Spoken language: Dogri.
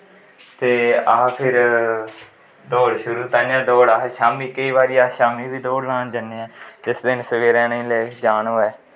ते अस फिर दौड़ शुऱु दौड़ तांईयैं शाम्मी केंई बार शाम्मी बी अस दौड़ लान जन्नें ऐं जिस दिन सवेरैं नेंई जान होऐ